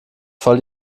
voll